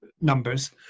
numbers